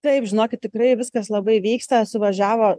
taip žinokit tikrai viskas labai vyksta suvažiavo